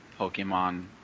Pokemon